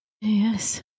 Yes